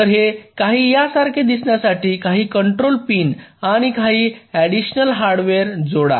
तर हे काही यासारखे दिसण्यासाठी काही कंट्रोल पिन आणि काही ऍडिशनल हार्डवेअर जोडा